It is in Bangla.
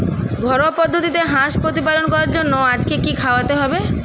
ঘরোয়া পদ্ধতিতে হাঁস প্রতিপালন করার জন্য আজকে কি খাওয়াতে হবে?